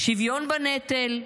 שוויון בנטל?